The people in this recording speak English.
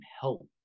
help